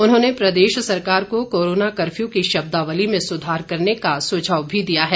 उन्होंने प्रदेश सरकार को कोरोना कफ्यू की शब्दावली में सुधार करने का सुझाव भी दिया है